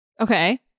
okay